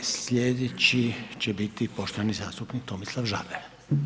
Slijedeći će biti poštovani zastupnik Tomislav Žagar.